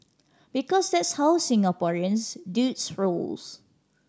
because that's how Singaporeans dudes rolls